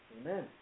Amen